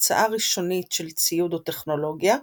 המצאה ראשונית של ציוד או טכנולוגיה,